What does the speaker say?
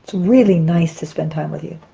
really nice to spend time with you.